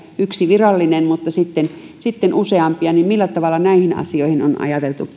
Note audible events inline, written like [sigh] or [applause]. yksi virallinen mutta sitten useampia niin millä tavalla ministeriössä näihin asioihin on on ajateltu [unintelligible]